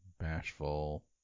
bashful